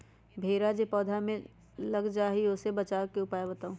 भेरा जे पौधा में लग जाइछई ओ से बचाबे के उपाय बताऊँ?